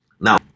Now